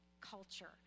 culture